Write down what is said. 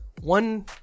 one